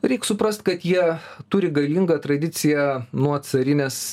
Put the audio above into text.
reik suprast kad jie turi galingą tradiciją nuo carinės